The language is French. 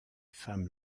femmes